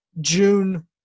June